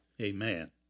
amen